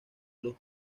los